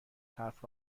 حرف